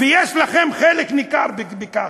ויש לכם חלק ניכר בכך.